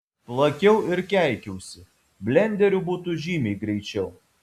plakiau ir keikiausi blenderiu būtų žymiai greičiau